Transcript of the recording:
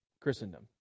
Christendom